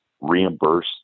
reimburse